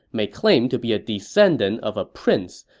may claim to be a descendant of a prince,